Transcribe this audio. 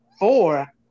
Four